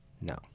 no